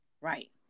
right